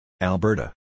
Alberta